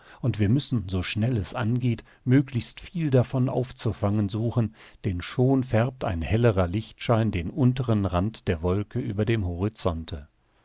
und wir müssen so schnell es angeht möglichst viel davon aufzufangen suchen denn schon färbt ein hellerer lichtschein den unteren rand der wolke über dem horizonte